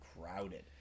crowded